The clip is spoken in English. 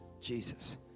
Jesus